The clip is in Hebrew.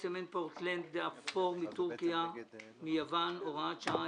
צמנט פורטלנד אפור מטורקיה ומיוון) (הוראת שעה),